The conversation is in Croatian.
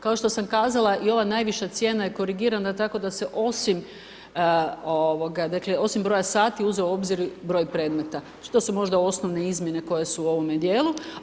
Kao što sam kazala i ova najviša cijena je korigirana, tako da se osim broja sati uzme u obzir broj predmeta, što su možda osnovne izmjene koje su u ovome dijelu.